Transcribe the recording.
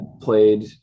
played